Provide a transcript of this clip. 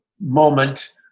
moment